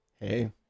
Hey